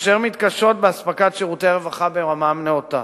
אשר מתקשות באספקת שירותי רווחה ברמה נאותה,